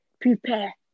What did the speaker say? prepare